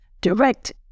direct